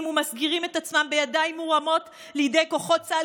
ומסגירים את עצמם בידיים מורמות לידי כוחות צה"ל,